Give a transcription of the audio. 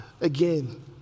again